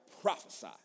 prophesy